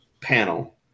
panel